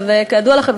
כידוע לכם,